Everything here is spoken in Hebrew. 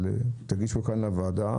תגישו כאן לוועדה,